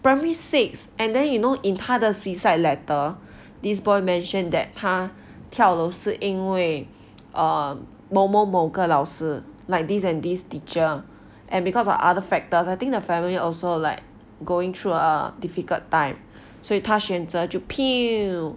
primary six and then you know in 他的 suicide letter this boy mentioned that 他跳楼是因为 um 某某某个老师 like this and this teacher and because of other factors I think the family also like going through a difficult time 所以他选择就